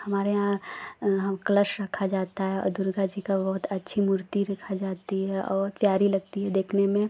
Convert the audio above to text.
हमारे यहाँ हम कलश रखा जाता है और दुर्गा जी की बहुत अच्छी मूर्ति रखी जाती है और प्यारी लगती है देखने में